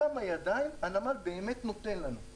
והשאלה היא כמה ידיים הנמל באמת נותן לנו.